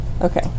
Okay